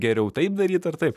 geriau taip daryt ar taip